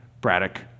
Braddock